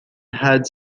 had